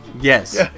Yes